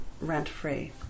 rent-free